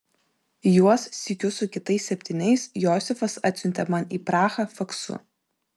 juos sykiu su kitais septyniais josifas atsiuntė man į prahą faksu